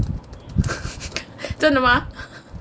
真的吗